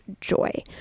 joy